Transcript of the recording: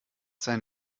sein